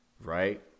Right